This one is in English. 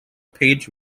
page